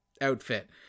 outfit